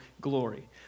glory